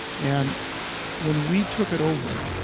and when we took it over,